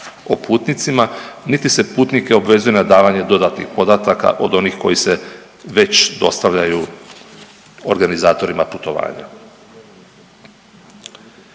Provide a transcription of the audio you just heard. o putnicima niti se putnike obvezuje na davanje dodatnih podataka od onih koji se već dostavljaju organizatorima putovanja.